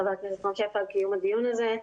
חבר הכנסת רם שפע על קיום הדיון הזה.